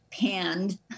panned